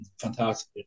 fantastic